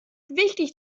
wichtig